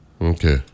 Okay